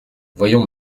voyons